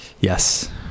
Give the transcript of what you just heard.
yes